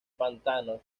pantanos